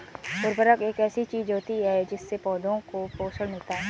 उर्वरक एक ऐसी चीज होती है जिससे पौधों को पोषण मिलता है